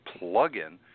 plugin